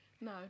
No